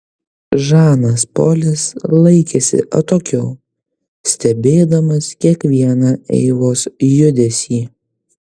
žanas polis laikėsi atokiau stebėdamas kiekvieną eivos judesį